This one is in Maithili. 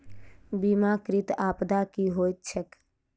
बीमाकृत आपदा की होइत छैक?